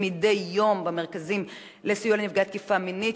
מדי יום במרכזים לסיוע לנפגעי תקיפה מינית,